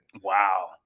Wow